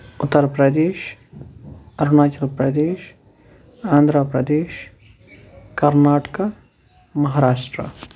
Uttar Pradesh Arunachal Pradesh آنٛداپردیش Karnataka Maharashtra